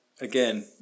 again